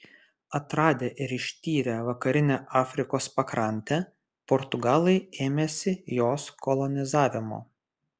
atradę ir ištyrę vakarinę afrikos pakrantę portugalai ėmėsi jos kolonizavimo